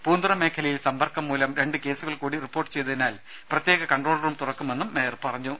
പൂന്തുറ മേഖലയിൽ സമ്പർക്കംമൂലം രണ്ട് കേസുകൾകൂടി റിപ്പോർട്ട് ചെയ്തതിനാൽ പ്രത്യേക കൺട്രോൾറൂം തുറക്കുമെന്ന് മേയർ പറഞ്ഞു